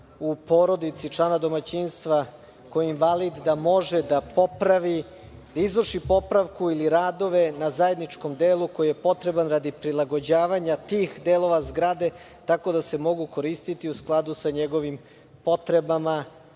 u porodici člana domaćinstva koji je invalid, da može da popravi, da izvrši popravku ili radove na zajedničkom delu koji je potreban radi prilagođavanja tih delova zgrade tako da se mogu koristiti u skladu sa njegovim potrebama,